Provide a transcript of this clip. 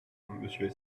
monsieur